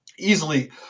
Easily